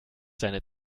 seine